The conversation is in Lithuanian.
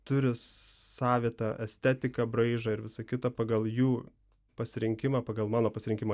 turi savitą estetiką braižą ir visa kita pagal jų pasirinkimą pagal mano pasirinkimą